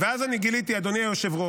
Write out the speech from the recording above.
ואז אני גיליתי, אדוני היושב-ראש,